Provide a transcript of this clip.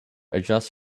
adjusts